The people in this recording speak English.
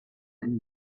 and